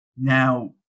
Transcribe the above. now